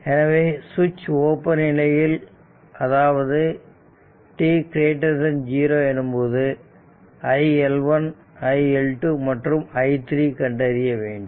எனவே சுவிட்ச் ஓபன் நிலையில் அதாவது t0 எனும்போது iL1 iL2 மற்றும் i3 கண்டறிய வேண்டும்